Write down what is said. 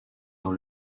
dans